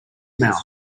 mouth